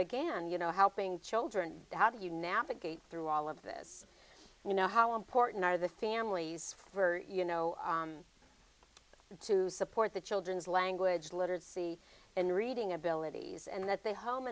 again you know helping children how do you navigate through all of this you know how important are the families for you know to support the children's language literacy and reading abilities and that the home